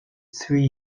three